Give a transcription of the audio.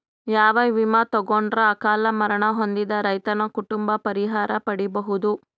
ಯಾವ ವಿಮಾ ತೊಗೊಂಡರ ಅಕಾಲ ಮರಣ ಹೊಂದಿದ ರೈತನ ಕುಟುಂಬ ಪರಿಹಾರ ಪಡಿಬಹುದು?